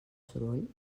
soroll